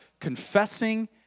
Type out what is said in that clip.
confessing